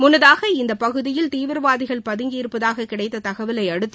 முன்னதாக இந்த பகுதியில் தீவிரவாதிகள் பதுங்கி இருப்பதாக கிடைத்த தகவலை அடுத்து